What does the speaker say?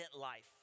life